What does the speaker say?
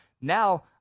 Now